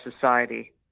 society